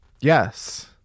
Yes